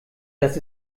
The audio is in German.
das